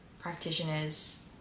practitioners